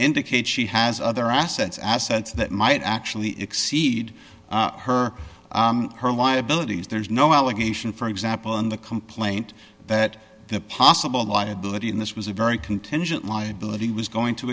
indicate she has other assets assets that might actually exceed her her liabilities there's no obligation for example in the complaint that the possible liability in this was a very contingent liability was going to